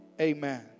Amen